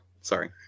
Sorry